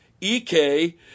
ek